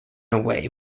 away